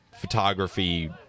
photography